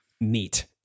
neat